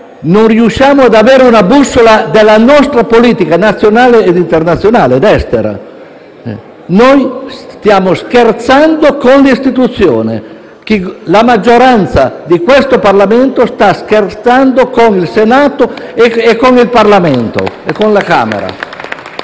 non riusciamo ad avere una bussola della nostra politica nazionale ed internazionale, noi stiamo scherzando con l'istituzione: la maggioranza di questo Parlamento sta scherzando con il Senato e con la Camera.